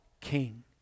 king